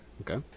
okay